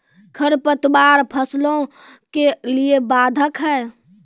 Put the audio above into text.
खडपतवार फसलों के लिए बाधक हैं?